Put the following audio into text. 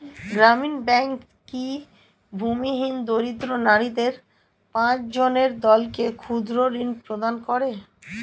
গ্রামীণ ব্যাংক কি ভূমিহীন দরিদ্র নারীদের পাঁচজনের দলকে ক্ষুদ্রঋণ প্রদান করে?